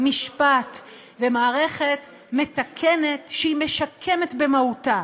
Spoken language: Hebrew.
משפט ומערכת מתקנת שהיא משקמת במהותה,